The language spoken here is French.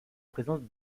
présence